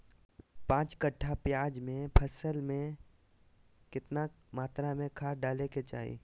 पांच कट्ठा प्याज के फसल में कितना मात्रा में खाद डाले के चाही?